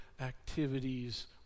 activities